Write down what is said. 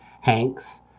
Hanks